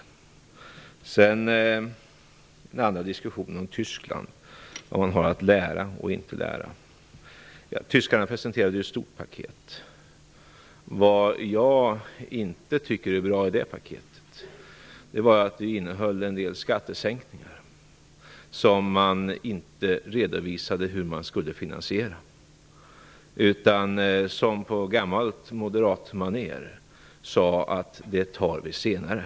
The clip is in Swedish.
Jag skall så ta upp diskussionen om vad vi kan lära och inte lära av Tyskland. Tyskarna presenterade ju ett stort paket. Vad jag inte tyckte var bra i det paketet var att det innehöll en del skattesänkningar som man inte redovisade hur de skulle finansieras. På gammalt moderatmaner sade man i stället att det tar vi senare.